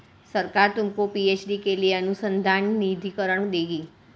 सरकार तुमको पी.एच.डी के लिए अनुसंधान निधिकरण देगी